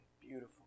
beautiful